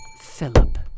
Philip